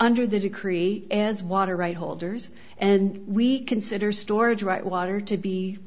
under the decree as water right holders and we consider storage right water to be